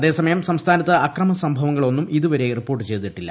അതേസമയം സംസ്ഥാനത്ത് അക്രമസംഭവങ്ങളൊന്നും ഇതുവരെ റിപ്പോർട്ട് ചെയ്തിട്ടില്ല